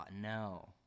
No